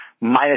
minus